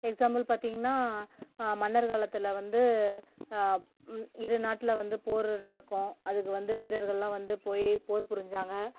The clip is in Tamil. எக்ஸாம்பிள் பார்த்தீங்கன்னா மன்னர் காலத்தில் வந்து ம் இரு நாட்டுல வந்து போரு நடக்கும் அதுக்கு வந்து வீரர்கள்லாம் வந்து போய் போர் புரிஞ்சாங்க